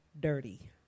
dirty